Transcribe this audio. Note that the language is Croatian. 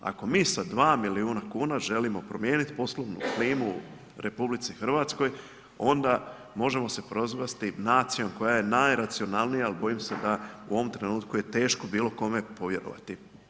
Ako mi sa 2 milijuna kuna želimo promijeniti poslovnu klimu u RH onda možemo se prozvati nacijom koja je najracionalnija ali bojim se da u ovom trenutku je teško bilo kome povjerovati.